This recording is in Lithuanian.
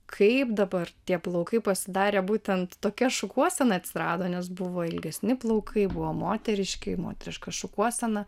kaip dabar tie plaukai pasidarė būtent tokia šukuosena atsirado nes buvo ilgesni plaukai buvo moteriški moteriška šukuosena